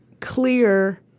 clear